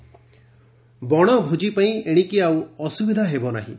ବଣଭୋଜି ବଣଭୋଜି ପାଇଁ ଏଶିକି ଆଉ ଅସୁବିଧା ହେବନାହିଁ